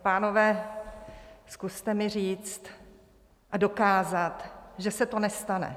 Pánové, zkuste mi říct a dokázat, že se to nestane.